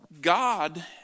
God